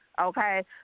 Okay